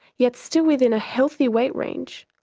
yet still within a healthy weight range,